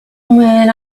when